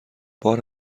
بار